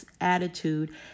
attitude